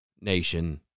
nation